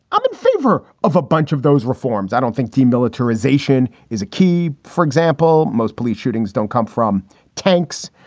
i'm in favor of a bunch of those reforms. i don't think demilitarisation is a key. for example, most police shootings don't come from tanks,